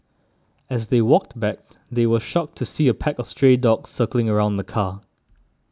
as they walked back they were shocked to see a pack of stray dogs circling around the car